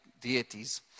deities